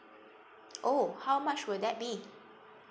oh how much will that be